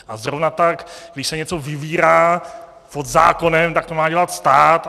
A zrovna tak když se něco vybírá pod zákonem, tak to má dělat stát.